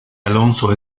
alonso